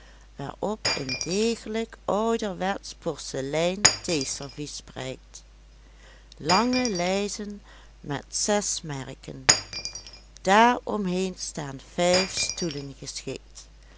waarop een degelijk ouderwetsch porselein theeservies prijkt lange lijzen met zes merken daaromheen staan vijf stoelen geschikt